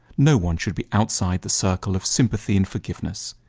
no one should be outside the circle of sympathy and forgiveness.